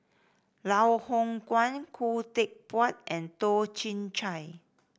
Loh Hoong Kwan Khoo Teck Puat and Toh Chin Chye